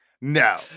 No